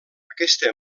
aquesta